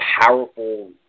powerful